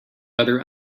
other